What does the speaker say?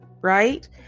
right